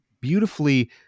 beautifully